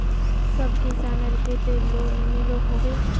सब किसानेर केते लोन मिलोहो होबे?